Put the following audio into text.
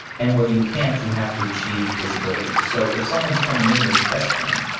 and where you can't you have to achieve visibility. so if someone is coming in with chest pain,